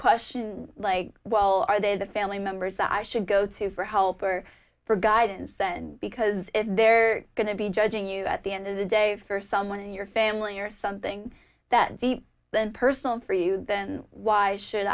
question like well are they the family members that i should go to for help or for guidance and because if they're going to be judging you at the end of the day for someone in your family or something that deep personal for you then why should